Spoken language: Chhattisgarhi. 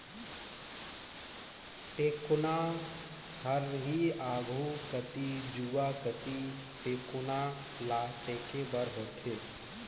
टेकोना हर ही आघु कती जुवा कती टेकोना ल टेके बर होथे